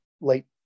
late